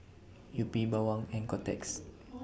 Yupi Bawang and Kotex